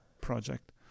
project